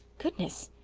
goodness,